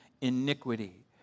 iniquity